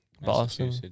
Boston